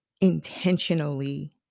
intentionally